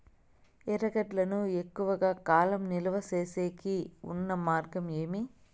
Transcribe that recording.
ఎర్రగడ్డ ను ఎక్కువగా కాలం నిలువ సేసేకి ఉన్న మార్గం ఏమి?